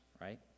Right